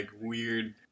weird